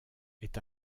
est